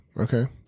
Okay